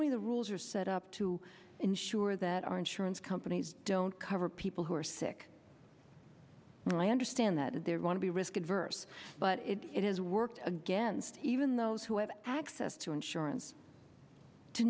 many the rules are set up to ensure that our insurance companies don't cover people who are sick and i understand that they're going to be risk adverse but it has worked against even those who have access to insurance to